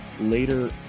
later